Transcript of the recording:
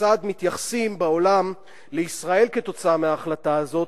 כיצד מתייחסים בעולם לישראל כתוצאה מההחלטה הזאת,